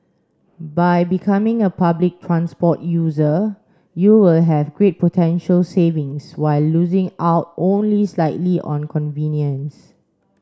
by becoming a public transport user you will have great potential savings while losing out only slightly on convenience